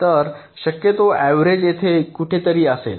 तर शक्यतो अव्हरेज येथे कुठेतरी असेल